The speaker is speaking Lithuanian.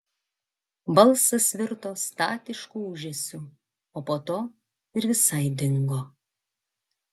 balsas virto statišku ūžesiu o po to ir visai dingo